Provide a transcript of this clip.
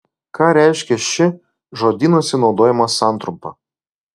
ką reiškia ši žodynuose naudojama santrumpa